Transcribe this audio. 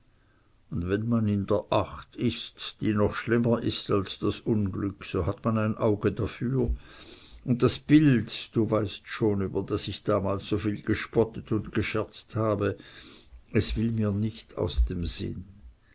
und wenn man in der acht ist die noch schlimmer ist als das unglück so hat man ein auge dafür und das bild du weißt schon über das ich damals so viel gespottet und gescherzt habe es will mir nicht aus dem sinn